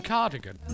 Cardigan